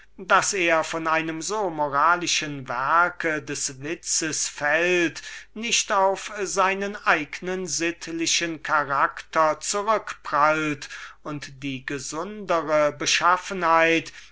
das er von einem so moralischen werke des witzes fällt nicht auf seinen eignen sittlichen charakter zurückprallt und die gesundere beschaffenheit